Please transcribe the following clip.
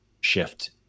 shift